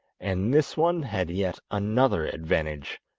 and this one had yet another advantage,